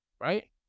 right